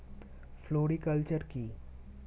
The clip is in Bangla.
ফ্লোরিকালচার কি?